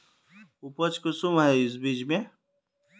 उपज कुंसम है इस बीज में?